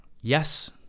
Yes